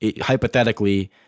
hypothetically